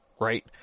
right